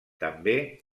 també